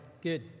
good